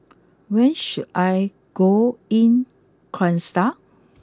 where should I go in Kyrgyzstan